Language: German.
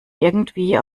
irgendwie